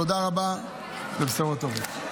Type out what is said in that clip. תודה רבה ובשורות טובות.